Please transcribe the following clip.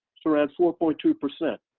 around four point two percent?